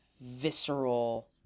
visceral